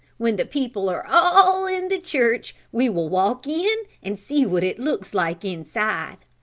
when the people are all in the church we will walk in and see what it looks like inside.